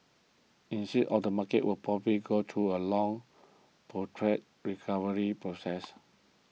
instead all the market will probably go through a long protracted recovery process